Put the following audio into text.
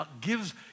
gives